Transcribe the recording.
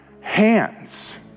hands